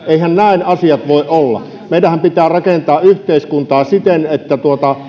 eiväthän asiat voi olla näin meidänhän pitää rakentaa yhteiskuntaa siten että